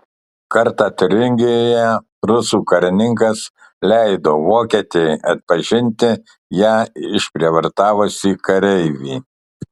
kartą tiuringijoje rusų karininkas leido vokietei atpažinti ją išprievartavusį kareivį